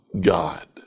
god